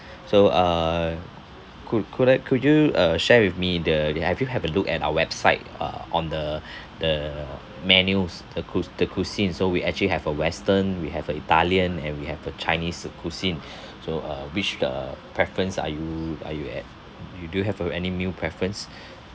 so uh could could I could you uh share with me the the have you have a look at our website uh on the the menus the cuis~ the cuisines so we actually have uh western we have uh italian and we have uh chinese uh cuisine so uh which the preference are you are you at you do you have uh any meal preference